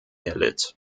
erlitt